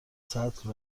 سطل